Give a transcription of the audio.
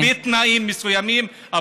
בתנאים מסוימים.